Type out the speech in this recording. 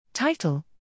Title